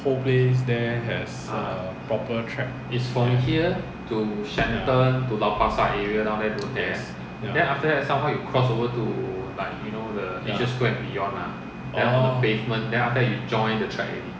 whole place there has a proper track ya yes ya ya orh